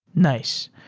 nice.